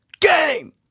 game